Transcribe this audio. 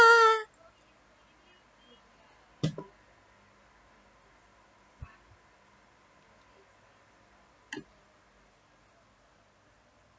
ah